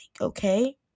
Okay